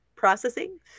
processing